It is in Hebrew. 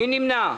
מי נמנע?